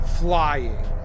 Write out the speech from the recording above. flying